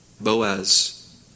Boaz